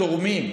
תורמים.